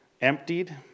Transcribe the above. emptied